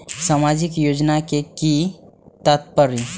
सामाजिक योजना के कि तात्पर्य?